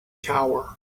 tower